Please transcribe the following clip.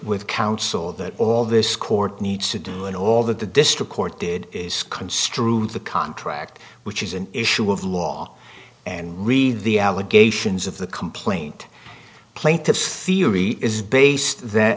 with counsel that all this court needs to do and all that the district court did is construe the contract which is an issue of law and read the allegations of the complaint plaintiff's theory is based that